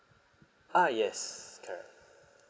ah yes correct